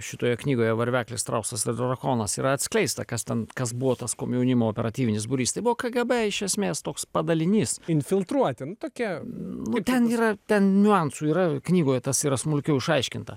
šitoje knygoje varveklis strausas ir drakonas yra atskleista kas ten kas buvo tas komjaunimo operatyvinis būrys tai buvo kgb iš esmės toks padalinys infiltruoti nu tokie nu ten yra ten niuansų yra knygoje tas yra smulkiau išaiškinta